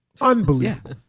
Unbelievable